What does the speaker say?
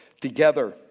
together